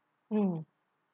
mm